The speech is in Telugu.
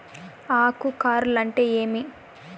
ఆకు కార్ల్ అంటే ఏమి?